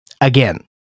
again